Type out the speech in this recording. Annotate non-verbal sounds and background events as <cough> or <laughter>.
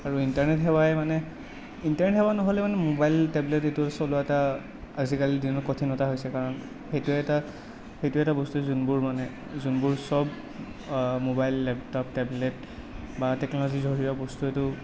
আৰু ইন্টাৰনেট সেৱাই মানে ইন্টাৰেনেট সেৱা নহ'লে মানে ম'বাইল টেবলেট এইটো চলোৱা এটা আজিকালি দিনত কঠিনতা হৈছে কাৰণ সেইটো এটা সেইটো এটা বস্তু যোনবোৰ মানে যোনবোৰ চব অঁ ম'বাইল লেপটপ টেবলেট বা টেকন'লজি <unintelligible> বস্তু এইটো